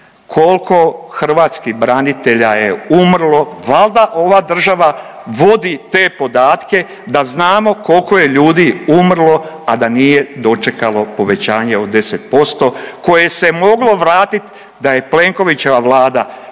kolko hrvatskih branitelja je umrlo, valda ova država vodi te podatke da znamo kolko je ljudi umrlo, a da nije dočekalo povećanje od 10% koje se moglo vratit da je Plenkovićeva Vlada koja